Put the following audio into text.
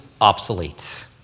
obsolete